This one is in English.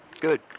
Good